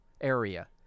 area